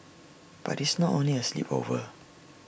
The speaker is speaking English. but it's not only A sleepover